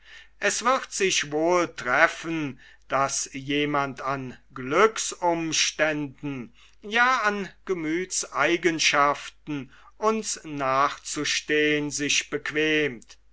es wird sich wohl treffen daß jemand an glücksumständen ja an gemüthseigenschaften uns nachzustehen sich bequemt